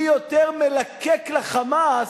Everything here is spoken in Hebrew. מי יותר מלקק ל"חמאס",